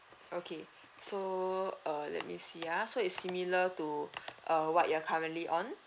okay so uh let me see ah so it's similar to uh what you are currently on